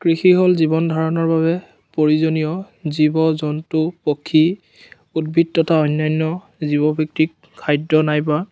কৃষি হল জীৱন ধাৰণৰ বাবে প্ৰয়োজনীয় জীৱ জন্তু পক্ষী উদ্ভিদ তথা অন্যান্য জীৱ ব্যক্তিক খাদ্য নাইবা